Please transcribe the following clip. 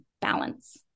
balance